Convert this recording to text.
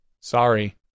sorry